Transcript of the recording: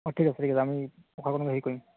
অ ঠিক আছে ঠিক আছে আমি কৰিম